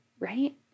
Right